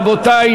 רבותי,